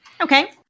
okay